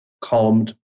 columned